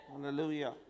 hallelujah